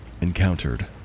encountered